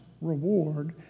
reward